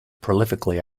prolifically